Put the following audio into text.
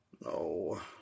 No